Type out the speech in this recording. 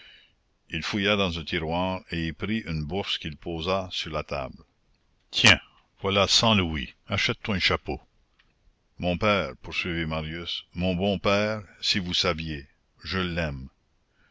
il fouilla dans un tiroir et y prit une bourse qu'il posa sur la table tiens voilà cent louis achète toi un chapeau mon père poursuivit marius mon bon père si vous saviez je l'aime